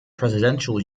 presidential